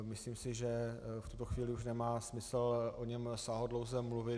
Myslím si, že v tuto chvíli už nemá smysl o něm sáhodlouze mluvit.